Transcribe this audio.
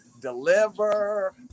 Deliver